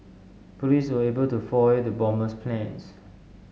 police were able to foil the bomber's plans